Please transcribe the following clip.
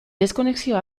deskonexioa